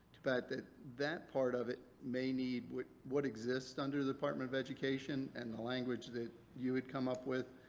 too bad that that part of it may need. what exists under the department of education and the language that you would come up with,